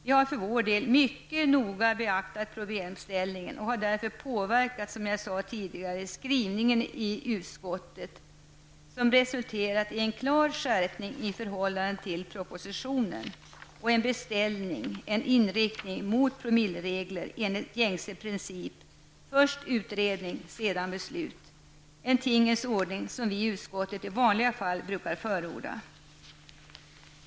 Vi har för vår del mycket noga beaktat problemställningen och har därför påverkat, som jag sade tidigare skrivningen i utskottet -- vilket resulterat i en klar skärpning i förhållande till propositionen -- som beställer en inriktning mot promilleregler, enligt gängse princip: först utredning, sedan beslut. Det är en tingens ordning som vi i utskottet i vanliga fall brukar förorda.